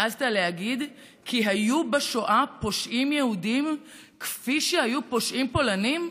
העזת להגיד כי היו בשואה פושעים יהודים כפי שהיו פושעים פולנים?